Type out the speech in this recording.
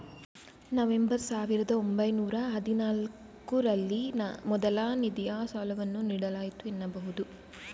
November ಸಾವಿರದ ಒಂಬೈನೂರ ಹದಿನಾಲ್ಕು ರಲ್ಲಿ ಮೊದಲ ನಿಧಿಯ ಸಾಲವನ್ನು ನೀಡಲಾಯಿತು ಎನ್ನಬಹುದು